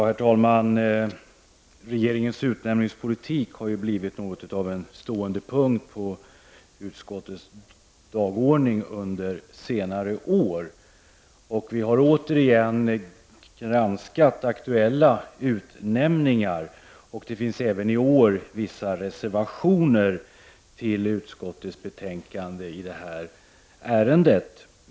Herr talman! Regeringens utnämningspolitik har blivit något av en stående punkt på konstitutionsutskottets dagordning under senare år. Vi har åter granskat aktuella utnämningar, och även i år föreligger reservationer till utskottets betänkande i ärendet.